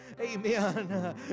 amen